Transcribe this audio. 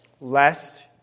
lest